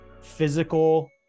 physical